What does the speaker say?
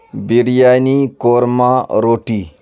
بریانی قورمہ روٹی